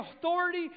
authority